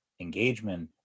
engagement